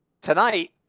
tonight